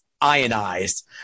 ionized